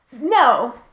no